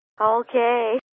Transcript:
Okay